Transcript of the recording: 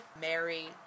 Mary